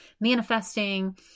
manifesting